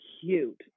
cute